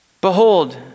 Behold